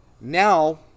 now